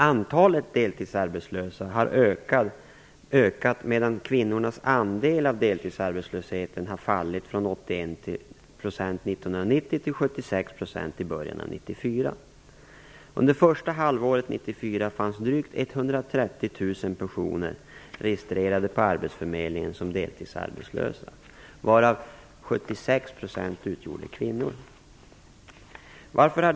Antalet deltidsarbetslösa har ökat, medan kvinnors andel av deltidsarbetslösheten har fallit från 81 % Varför har detta blivit ett svårlöst problem på arbetsmarknaden? Hindren är av olika art.